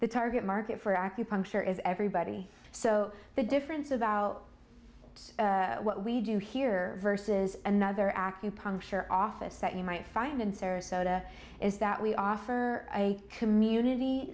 the target market for acupuncture is everybody so the difference about it's what we do here versus another acupuncture office that you might find in sarasota is that we offer a community